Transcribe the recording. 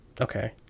Okay